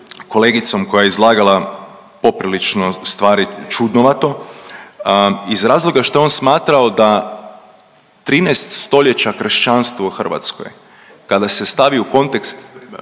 kolegicom koja je izlagala poprilično stvari čudnovato? Iz razloga šta je on smatrao da 13 stoljeća kršćanstva u Hrvatskoj, kada se stavi u kontekst